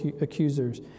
accusers